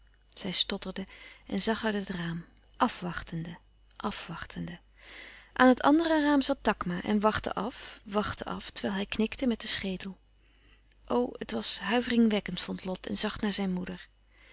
zij stotterde en zag uit het raam afwachtende afwachtende aan het andere raam zat takma en wachtte af wachtte af terwijl hij knikte met den schedel o het was huiveringwekkend vond louis couperus van oude menschen de dingen die voorbij gaan lot en zag naar zijn moeder